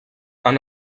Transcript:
han